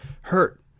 hurt